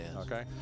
Okay